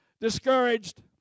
Discouraged